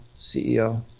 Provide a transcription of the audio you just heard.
CEO